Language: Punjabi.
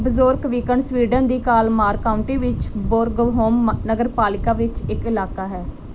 ਬਜੋਰਕਵਿਕਨ ਸਵੀਡਨ ਦੀ ਕਾਲਮਾਰ ਕਾਊਂਟੀ ਵਿੱਚ ਬੋਰਗਹੋਮ ਨਗਰਪਾਲਿਕਾ ਵਿੱਚ ਇੱਕ ਇਲਾਕਾ ਹੈ